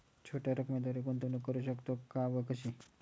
छोट्या रकमेद्वारे गुंतवणूक करू शकतो का व कशी?